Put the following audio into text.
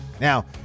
Now